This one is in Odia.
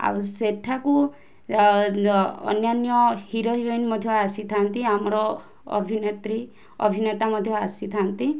ଆଉ ସେଠାକୁ ଅନ୍ୟାନ ହିରୋ ହିରୋଇନ୍ ମଧ୍ୟ ଆସିଥାଆନ୍ତି ଆମର ଅଭିନେତ୍ରୀ ଅଭିନେତା ମଧ୍ୟ ଆସିଥାନ୍ତି